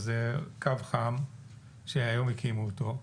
אז זה קו חם שהיום הקימו אותו,